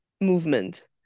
movement